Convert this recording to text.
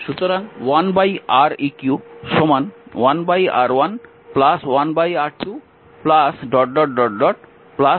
সুতরাং 1Req 1R1 1R2 1RN পর্যন্ত